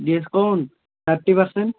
discount thirty percent